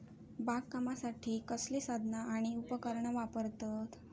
बागकामासाठी कसली साधना आणि उपकरणा वापरतत?